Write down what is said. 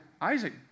Isaac